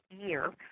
year